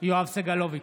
יואב סגלוביץ'